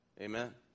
Amen